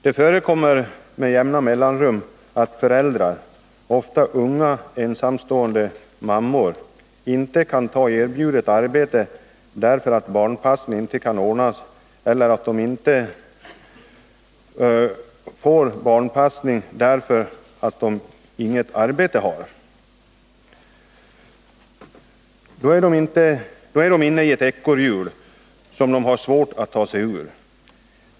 Det förekommer med jämna mellanrum att föräldrar — ofta unga ensamstående mammor — inte kan ta erbjudet arbete därför att barnpassning inte kan ordnas, eller att de inte får barnpassning därför att de inte har arbete. Då är de inne i ett ekorrhjul, som de har svårt att ta sig ur.